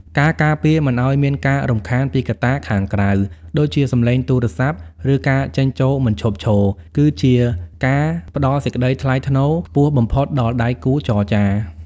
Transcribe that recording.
ការការពារមិនឱ្យមានការរំខានពីកត្តាខាងក្រៅ ដូចជាសម្លេងទូរស័ព្ទ ឬការចេញចូលមិនឈប់ឈរ គឺជាការផ្តល់សេចក្ដីថ្លៃថ្នូរខ្ពស់បំផុតដល់ដៃគូចរចា។